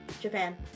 Japan